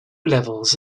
levels